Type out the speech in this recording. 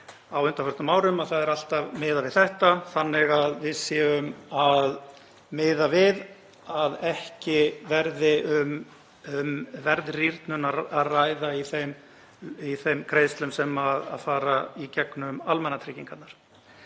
á undanförnum árum. Það er alltaf miðað við þetta þannig að við séum að miða við að ekki verði um verðrýrnun að ræða í þeim greiðslum sem fara í gegnum almannatryggingarnar.